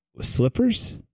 slippers